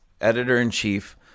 editor-in-chief